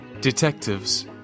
Detectives